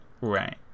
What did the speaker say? Right